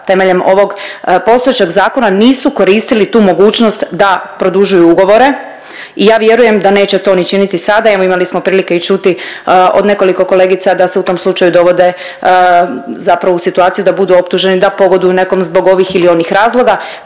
temeljem ovog postojećeg zakona nisu koristili tu mogućnost da produžuju ugovore i ja vjerujem da neće to ni činiti sada. Evo imali smo prilike i čuti od nekoliko kolegica da se u tom slučaju dovode zapravo u situaciju da budu optuženi da pogoduju nekom zbog ovih ili onih razloga.